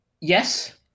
Yes